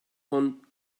von